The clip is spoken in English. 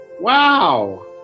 Wow